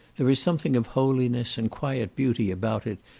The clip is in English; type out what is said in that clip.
there is something of holiness, and quiet beauty about it,